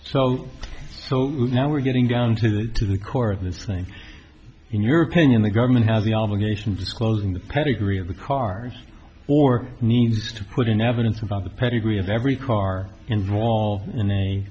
it so now we're getting down to the core of this thing in your opinion the government has the obligation disclosing the pedigree of the cars or needs to put in evidence of the pedigree of every car involved in a